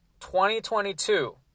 2022